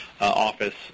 office